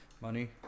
money